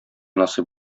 насыйп